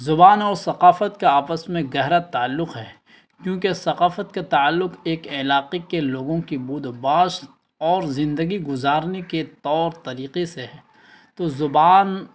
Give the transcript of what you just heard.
زبان اور ثقافت کا آپس میں گہرا تعلق ہے کیونکہ ثقافت کے تعلق ایک علاقے کے لوگوں کی بود و باش اور زندگی گزارنے کے طور طریقے سے ہے تو زبان